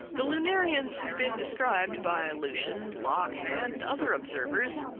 the lunarians have been described by lucian, locke and other observers,